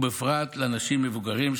ובפרט לאנשים מבוגרים,